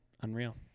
unreal